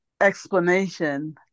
explanation